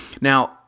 Now